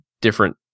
different